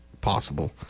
possible